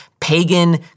pagan